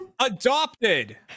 adopted